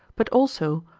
but also,